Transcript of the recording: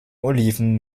oliven